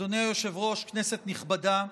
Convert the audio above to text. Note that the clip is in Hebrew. אדוני היושב-ראש, כנסת נכבדה,